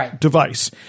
device